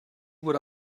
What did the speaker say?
what